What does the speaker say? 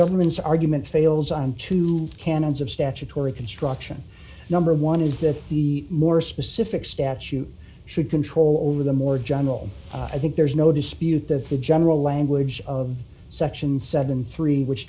government's argument fails on two canons of statutory construction number one is that the more specific statute should control over the more general i think there's no dispute that the general language of section seventy three which